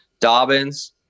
Dobbins